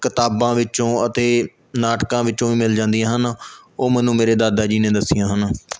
ਕਿਤਾਬਾਂ ਵਿੱਚੋਂ ਅਤੇ ਨਾਟਕਾਂ ਵਿੱਚੋਂ ਵੀ ਮਿਲ ਜਾਂਦੀਆਂ ਹਨ ਉਹ ਮੈਨੂੰ ਮੇਰੇ ਦਾਦਾ ਜੀ ਨੇ ਦੱਸੀਆਂ ਹਨ